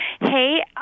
hey